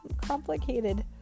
complicated